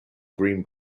green